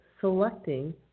selecting